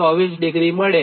24° મળે